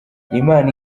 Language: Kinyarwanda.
imana